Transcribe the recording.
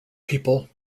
people